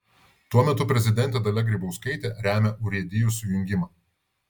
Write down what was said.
tuo metu prezidentė dalia grybauskaitė remia urėdijų sujungimą